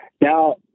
Now